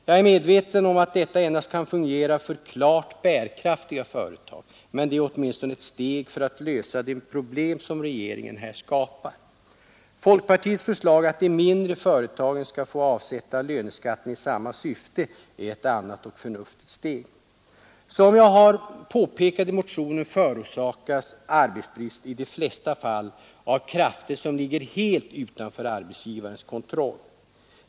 Jag är medveten om att detta endast kan fungera för klart bärkraftiga företag, men det är åtminstone ett steg för att lösa de problem som regeringen här skapar. Folkpartiets förslag att de mindre företagen skall få avsätta löneskatten i samma syfte är ett annat och förnuftigt steg. Som jag påpekat i motionen förorsakas arbetsbrist i de flesta fall av krafter som ligger helt utanför arbetsgivarens kontroll.